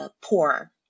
poor